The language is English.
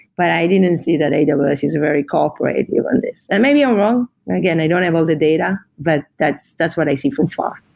but i didn't and see that aws is very corporative on this. and maybe i'm wrong. again, i don't have all the data, but that's that's what i see from far.